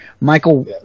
Michael